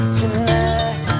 tonight